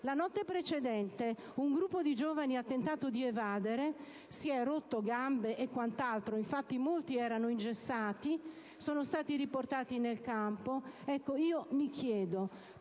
La notte precedente un gruppo di giovani ha tentato di evadere: si sono rotti gambe e quant'altro (infatti molti erano ingessati) e sono stati riportati nel campo. Mi chiedo